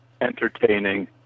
entertaining